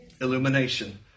Illumination